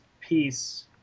piece